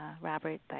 Robert